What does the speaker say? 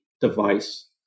device